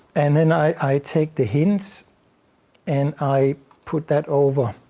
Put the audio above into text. and then i take the hint and i put that over.